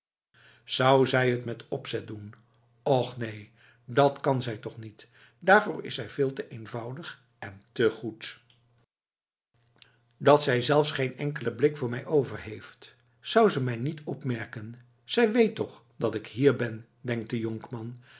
zij toch niet daarvoor is zij veel te eenvoudig en te goed dat zij zelfs geen enkelen blik voor mij overheeft zou ze mij niet opmerken zij weet toch dat ik hier ben denkt de jonkman